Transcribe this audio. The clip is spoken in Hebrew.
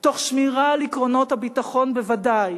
תוך שמירה על עקרונות הביטחון בוודאי,